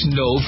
no